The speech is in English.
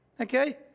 Okay